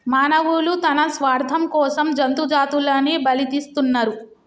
మానవులు తన స్వార్థం కోసం జంతు జాతులని బలితీస్తున్నరు